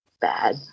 bad